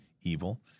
evil